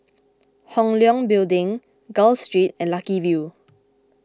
Hong Leong Building Gul Street and Lucky View